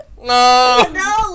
No